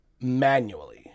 manually